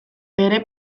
bere